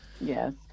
Yes